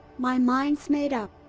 my mind's made up!